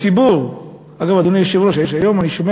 והציבור, אגב, אדוני היושב-ראש, היום אני שומע